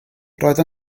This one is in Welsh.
roedd